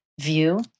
view